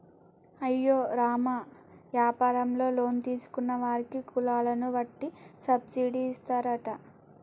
అయ్యో రామ యాపారంలో లోన్ తీసుకున్న వారికి కులాలను వట్టి సబ్బిడి ఇస్తారట